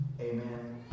Amen